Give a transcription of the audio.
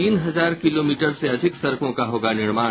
तीन हजार किलोमीटर से अधिक सड़कों का होगा निर्माण